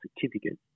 certificate